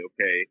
okay